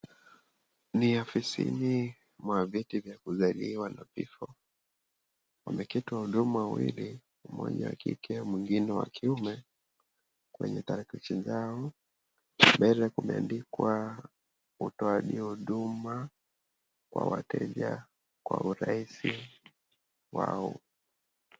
Ni ofisini mwa vyeti vya kuzaliwa na vifo, wameketi wahudumu mmoja wa kike na mwingine wa kiume kwenye tarakilishi yao mbele kumeandikwa utoaji wa huduma wa wateja kwa urahisi wao.